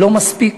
לא מספיק,